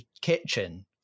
kitchen